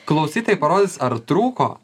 klausytojai parodys ar trūko